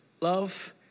Love